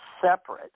separate